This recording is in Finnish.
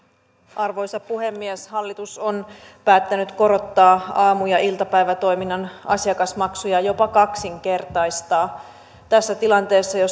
arvoisa puhemies hallitus on päättänyt korottaa aamu ja iltapäivätoiminnan asiakasmaksuja jopa kaksinkertaistaa tässä tilanteessa jossa